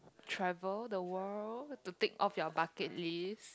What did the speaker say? travel the world to tick off your bucket list